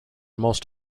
most